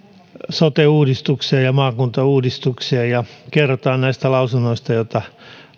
sote uudistukseen ja maakuntauudistukseen ja kerrotaan näistä lausunnoista joita